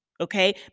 okay